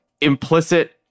implicit